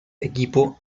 equipo